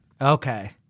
Okay